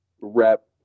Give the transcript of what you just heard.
rep